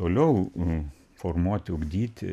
toliau formuoti ugdyti